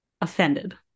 Offended